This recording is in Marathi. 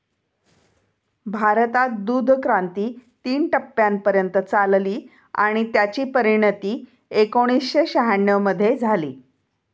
भारतात दूधक्रांती तीन टप्प्यांपर्यंत चालली आणि त्याची परिणती एकोणीसशे शहाण्णव मध्ये झाली